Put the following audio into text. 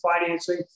financing